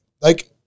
like-